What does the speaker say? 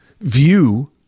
view